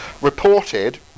reported